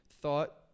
thought